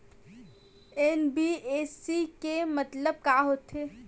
NBFC के मतलब का होथे?